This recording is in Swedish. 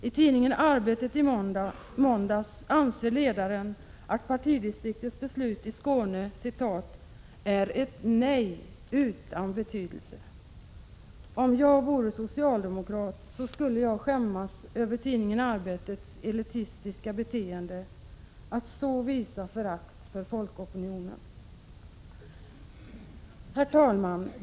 I tidningen Arbetet i måndags anförs i ledaren att partidistriktets beslut i Skåne ”är ett nej utan betydelse”! Om jag vore socialdemokrat skulle jag skämmas över tidningen Arbetets elitistiska beteende, att så visa förakt för folkopinionen. Herr talman!